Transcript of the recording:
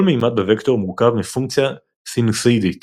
כל מימד בווקטור מורכב מפונקציה סינוסואידית